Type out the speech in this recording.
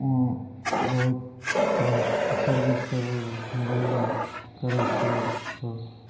वहाँ बहुत तरह सर्विस सब बगलेमे करै छै सभ